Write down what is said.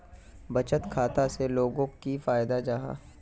बचत खाता से लोगोक की फायदा जाहा?